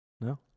No